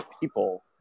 people